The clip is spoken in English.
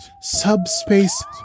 Subspace